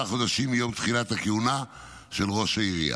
חודשים מיום תחילת הכהונה של ראש העירייה,